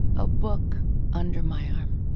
a book under my arm.